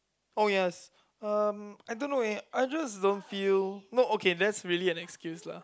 oh ya um I don't know eh I just don't feel not okay that's really an excuse lah